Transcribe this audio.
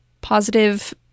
positive